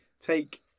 take